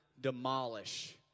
demolish